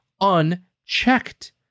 unchecked